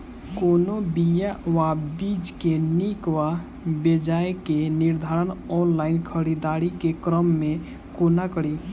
कोनों बीया वा बीज केँ नीक वा बेजाय केँ निर्धारण ऑनलाइन खरीददारी केँ क्रम मे कोना कड़ी?